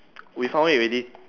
we found it already